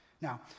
Now